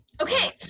okay